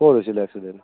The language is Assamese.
ক'ত হৈছিলে এক্সিডেণ্ট